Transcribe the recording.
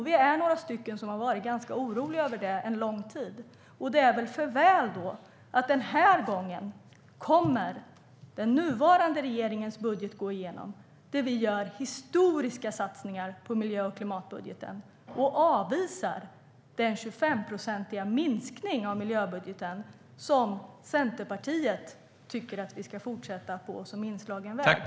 Vi är några som har varit ganska oroliga över det en lång tid. Det är väl för väl att den här gången kommer den nuvarande regeringens budget att gå igenom där vi gör historiska satsningar på miljö och klimatbudgeten. Vi avvisar den 25-procentiga minskning av miljöbudgeten som Centerpartiet tycker att vi ska fortsätta med som en inslagen väg.